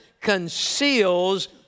conceals